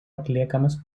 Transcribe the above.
atliekamas